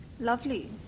Lovely